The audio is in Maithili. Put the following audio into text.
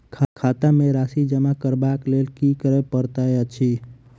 खाता मे राशि जमा करबाक लेल की करै पड़तै अछि?